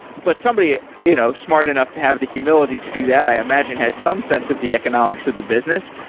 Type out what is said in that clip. but somebody ah you know smart enough to have the humility to do that, i imagine, has some sense of the economics of the business.